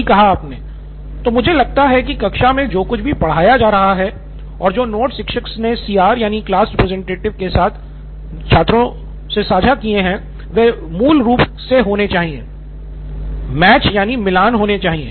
सिद्धार्थ मटूरी तो मुझे लगता है कि कक्षा में जो कुछ भी पढ़ाया जा रहा है और जो नोट्स शिक्षक ने सीआर के द्वारा छात्रों से साझा किए हैं वे मूल रूप से होने चाहिए नितिन कुरियन मैच यानि मिलान होने चाहिए हां